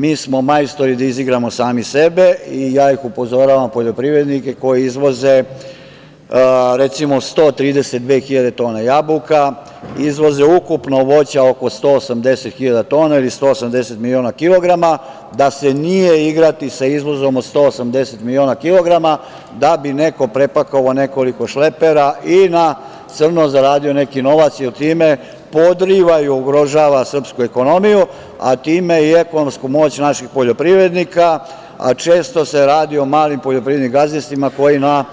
Mi smo majstori da izigramo sami sebe i ja upozoravam poljoprivrednike koji izvoze recimo 132 hiljade tona jabuka, izvoze ukupno voća oko 180 hiljada tona ili 180 miliona kilograma da se nije igrati sa izvozom od 180 miliona kilograma, da bi neko prepakovao nekoliko šlepera i na crno zaradio neki novac jer time podriva i ugrožava srpsku ekonomiju, a time i ekonomsku moć naših poljoprivrednika, a često se radi o malim poljoprivrednim gazdinstvima koji na